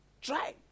Try